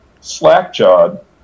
slack-jawed